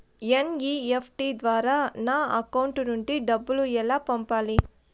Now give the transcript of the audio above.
NEFT ద్వారా నా account నుండి డబ్బులు ఎలా పంపాలి